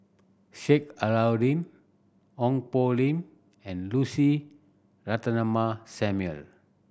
Sheik Alau'ddin Ong Poh Lim and Lucy Ratnammah Samuel